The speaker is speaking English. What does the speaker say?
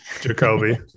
Jacoby